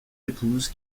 épouse